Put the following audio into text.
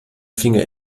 finger